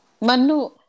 Manu